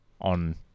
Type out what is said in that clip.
on